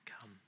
Come